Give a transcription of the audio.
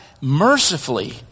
mercifully